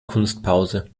kunstpause